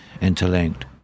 interlinked